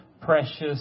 precious